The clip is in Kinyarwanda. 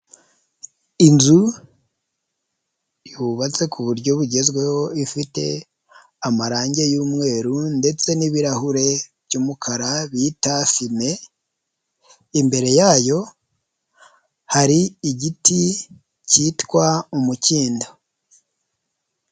Inzu yubatse ku buryo bugezweho ifite amarangi y'umweru ndetse n'ibirahure by'umukara bita fime, imbere yayo hari igiti cyitwa umukindo.